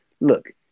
Look